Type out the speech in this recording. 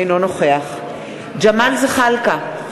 אינו נוכח ג'מאל זחאלקה,